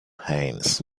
haynes